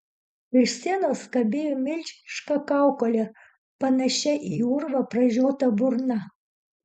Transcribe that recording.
virš scenos kabėjo milžiniška kaukolė panašia į urvą pražiota burna